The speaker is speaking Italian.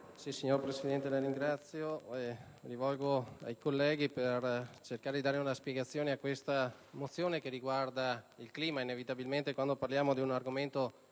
Signora Presidente, mi rivolgo ai colleghi per cercare di dare una spiegazione a questa mozione che riguarda il clima. Quando parliamo di un argomento